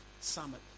summit